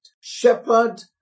Shepherd